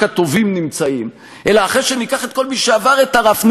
הטובים נמצאים אלא אחרי שניקח את כל מי שעבר את הרף,